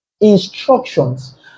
Instructions